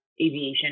aviation